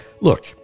Look